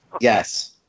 Yes